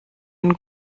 einen